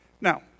Now